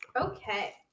okay